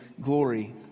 glory